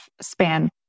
span